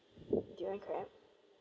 during crap~